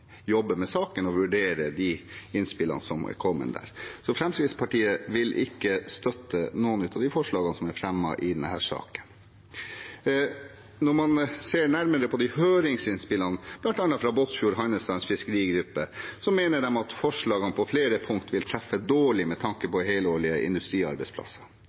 med saken og vurderer innspillene som er kommet der. Så Fremskrittspartiet vil ikke støtte noen av forslagene som er fremmet i denne saken. Når man ser nærmere på høringsinnspillene, bl.a. fra Båtsfjord Handelsstands Fiskerigruppe, mener de at forslagene på flere punkter vil treffe dårlig med tanke på helårige industriarbeidsplasser.